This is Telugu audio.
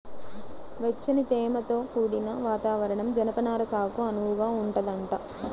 వెచ్చని, తేమతో కూడిన వాతావరణం జనపనార సాగుకు అనువుగా ఉంటదంట